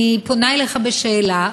אני פונה אליך בשאלה,